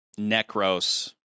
Necros